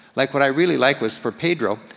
like what i really like was for pedro,